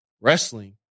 wrestling